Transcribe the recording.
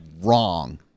wrong